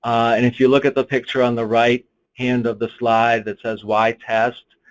and if you look at the picture on the right hand of the slide that says, why test.